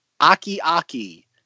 Aki-Aki